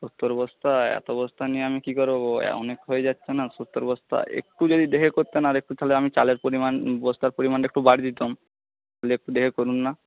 সত্তর বস্তা এত বস্তা নিয়ে আমি কী করব অনেক হয়ে যাচ্ছে না সত্তর বস্তা একটু যদি দেখে করতেন আর একটু তাহলে আমি চালের পরিমাণ বস্তার পরিমাণটা একটু বাড়িয়ে দিতাম তাহলে একটু দেখে করুন না